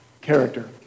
character